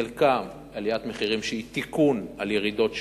חלקה עליית מחירים שהיא תיקון של ירידות שהיו,